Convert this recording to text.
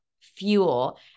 fuel